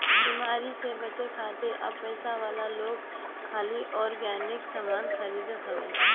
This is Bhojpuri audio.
बेमारी से बचे खातिर अब पइसा वाला लोग खाली ऑर्गेनिक सामान खरीदत हवे